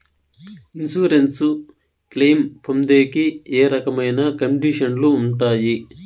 Insurance claim పొందేకి ఏ రకమైన కండిషన్లు ఉంటాయి?